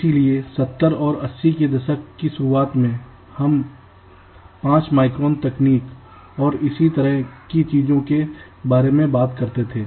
इसलिए 70 और 80 के दशक की शुरुआत में हम 5 माइक्रोन तकनीक और इसी तरह की चीजों के बारे में बात करते थे